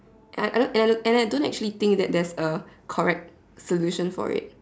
and I I and I and I don't actually think that there's a correct solution for it